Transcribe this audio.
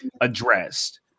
addressed